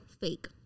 fake